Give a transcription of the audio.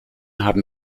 haben